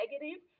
negative